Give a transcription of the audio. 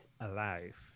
alive